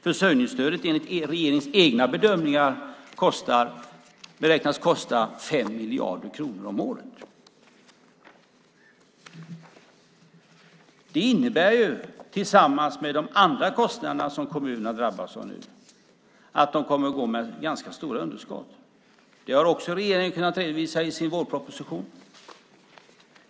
Försörjningsstödet beräknas enligt regeringens egna bedömningar kosta 5 miljarder kronor om året. Detta tillsammans med de andra kostnaderna som kommunerna nu drabbas av innebär att kommunerna kommer att gå med ganska stora underskott. Det har regeringen också kunnat redovisa i sin vårproposition.